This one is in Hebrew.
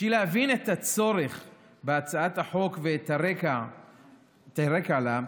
בשביל להבין את הצורך בהצעת החוק ואת הרקע לה,